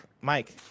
Mike